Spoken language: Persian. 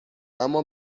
اما